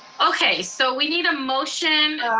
okay, so we need a motion.